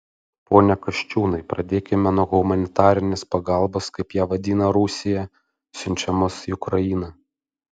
pone kasčiūnai pradėkime nuo humanitarinės pagalbos kaip ją vadina rusija siunčiamos į ukrainą